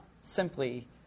simply